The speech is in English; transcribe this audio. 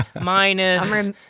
minus